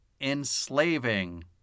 enslaving